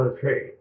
Okay